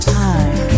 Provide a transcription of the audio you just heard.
time